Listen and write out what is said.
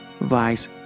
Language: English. vice